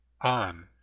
on